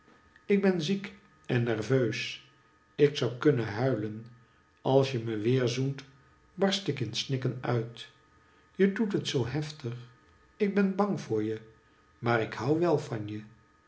ik ben ziek en nerveus ik zou kunnen huilen alsje me weer zoent barst ik in snikken uit je doet het zoo heftig ik ben bang voor je maar ik hou wel van je